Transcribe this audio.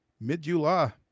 mid-July